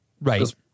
Right